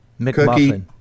McMuffin